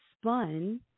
spun